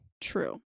True